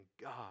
God